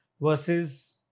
versus